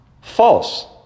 false